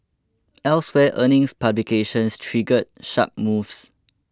elsewhere earnings publications triggered sharp moves